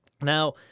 Now